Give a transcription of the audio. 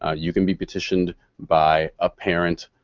ah you can be petitioned by a parent,